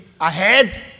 ahead